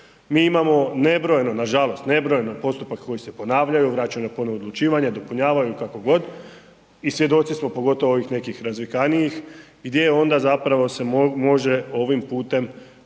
mi imamo nebrojeno nažalost, nebrojeno postupaka koji se ponavljaju, vraćaju na ponovno odlučivanje, dopunjavaju ili kako god i svjedoci smo pogotovo ovih nekih razvikanijih i gdje onda zapravo se može ovim putem